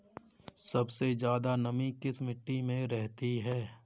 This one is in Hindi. सबसे ज्यादा नमी किस मिट्टी में रहती है?